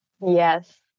Yes